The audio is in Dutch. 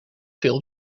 veel